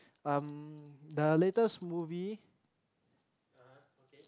um the latest movie